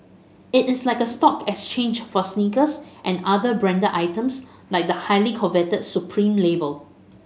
it is like a stock exchange for sneakers and other branded items like the highly coveted Supreme label